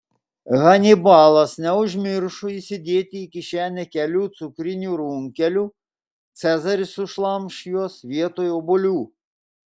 hanibalas neužmiršo įsidėti į kišenę kelių cukrinių runkelių cezaris sušlamš juos vietoj obuolių